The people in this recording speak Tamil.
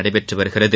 நடைபெற்று வருகிறது